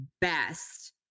best